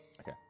Okay